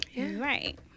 Right